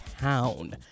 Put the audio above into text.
town